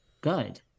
good